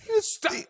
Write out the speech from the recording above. Stop